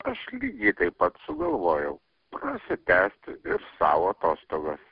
aš lygiai taip pat sugalvojau prasitęsti ir sau atostogas